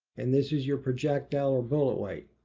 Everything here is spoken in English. and this is your projectile or bullet weight.